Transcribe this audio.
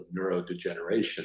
neurodegeneration